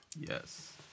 Yes